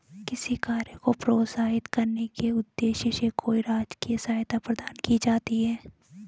किसी कार्य को प्रोत्साहित करने के उद्देश्य से कोई राजकीय सहायता प्रदान की जाती है